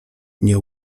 nie